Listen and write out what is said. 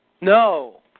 No